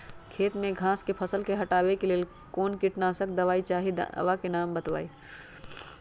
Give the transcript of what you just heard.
खेत में घास के फसल से हटावे के लेल कौन किटनाशक दवाई चाहि दवा का नाम बताआई?